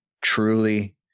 Truly